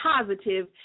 positive